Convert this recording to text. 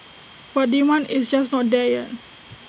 but demand is just not there yet